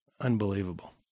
Unbelievable